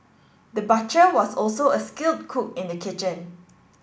the butcher was also a skilled cook in the kitchen